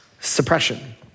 suppression